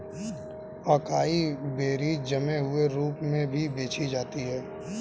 acai berries जमे हुए रूप में भी बेची जाती हैं